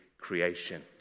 creation